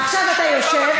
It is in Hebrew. עכשיו אתה יושב,